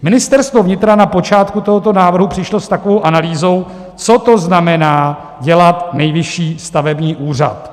Ministerstvo vnitra na počátku tohoto návrhu přišlo s takovou analýzou, co to znamená dělat Nejvyšší stavební úřad.